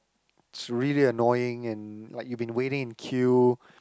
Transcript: it's really annoying and like you been waiting in queue